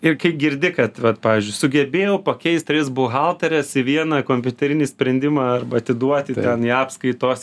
ir kai girdi kad vat pavyzdžiui sugebėjo pakeisti tris buhalteres į vieną kompiuterinį sprendimą arba atiduoti ten į apskaitos